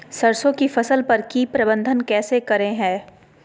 सरसों की फसल पर की प्रबंधन कैसे करें हैय?